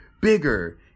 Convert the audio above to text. bigger